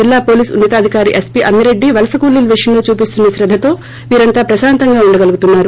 జిల్లా పోలీస్ ఉన్నతాధికారి ఎస్పీ అమ్మిరెడ్డి వలస కూలీల విషయంలో చూపిస్తున్న శ్రద్దతో వీరంతా ప్రశాంతంగా ఉండగలుగుతున్నారు